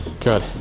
Good